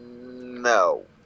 No